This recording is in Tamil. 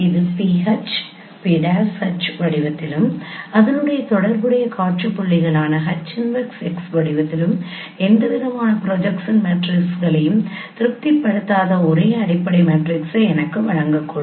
இது PH P'H வடிவத்திலும் அதனுடன் தொடர்புடைய காட்சி புள்ளிகளான H 1X வடிவத்திலும் எந்தவிதமான ப்ரொஜெக்ஷன் மேட்ரிக்ஸ்களையும் திருப்திப்படுத்தாத ஒரு அடிப்படை மேட்ரிக்ஸை எனக்கு வழங்கக்கூடும்